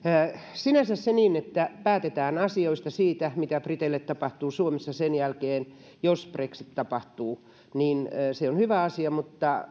sinänsä se että päätetään asioista siitä mitä briteille tapahtuu suomessa sen jälkeen jos brexit tapahtuu on hyvä asia